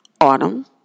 Autumn